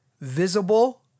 visible